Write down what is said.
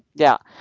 yeah,